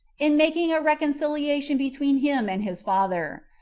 in making a reconciliation between him and his father.